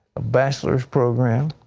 a bachelor's program,